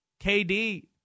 KD